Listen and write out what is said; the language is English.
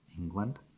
England